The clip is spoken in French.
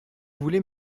voulez